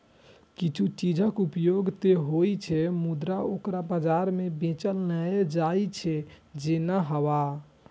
किछु चीजक उपयोग ते होइ छै, मुदा ओकरा बाजार मे बेचल नै जाइ छै, जेना हवा